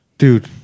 Dude